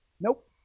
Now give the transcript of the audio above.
nope